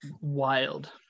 Wild